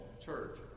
church